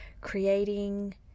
creating